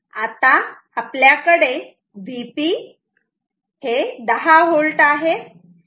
आता आपल्याकडे Vp 10V आहे आणि Vn 0V आहे